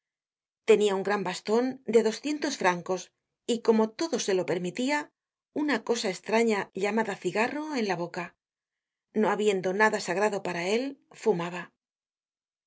tenia un gran baston de doscientos francos y como todo se lo permitia una cosa estraña llamada cigarro en la boca no habiendo nada sagrado para él fumaba